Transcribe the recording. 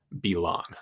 belong